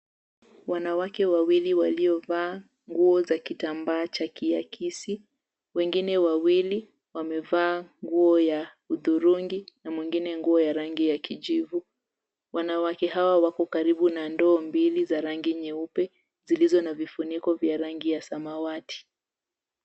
Wanawake wawili waliovaa nguo za kitambaa cha kiakisi, wengine wawili wamevaa nguo ya hudhurungi na mwingine nguo ya rangi ya kijivu. Wanawake hawa wako karibu na ndoo mbili za rangi nyeupe zilizo na vifuniko vya rangi ya samawati.